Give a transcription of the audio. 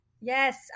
Yes